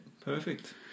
perfect